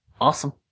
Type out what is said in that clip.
Awesome